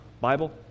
Bible